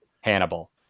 Hannibal